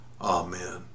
Amen